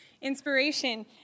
inspiration